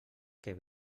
que